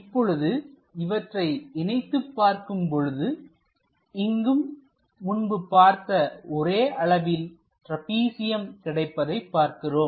இப்போது இவற்றை இணைத்துப் பார்க்கும் பொழுது இங்கும் முன்பு பார்த்த ஒரே அளவில் ட்ராப்பிசியம் கிடைப்பதை பார்க்கிறோம்